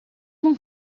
não